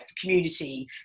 community